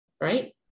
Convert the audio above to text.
right